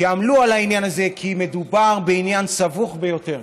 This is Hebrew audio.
שעמלו על העניין הזה כי מדובר בעניין סבוך ביותר,